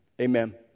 Amen